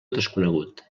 desconegut